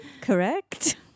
Correct